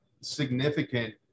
significant